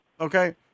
Okay